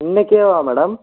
இன்னைக்கேவா madam